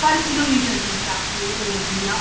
पर किलोमीटर के हिसाब से वो भैया